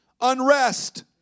unrest